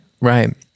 right